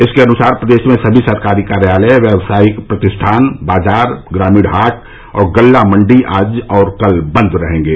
इसके अनुसार प्रदेश में सभी सरकारी कार्यालय व्यावसायिक प्रतिष्ठान बाजार ग्रामीण हाट और गल्ला मण्डी आज और कल बन्द रहेंगे